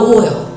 oil